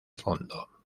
fondo